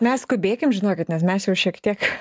mes skubėkim žinokit nes mes jau šiek tiek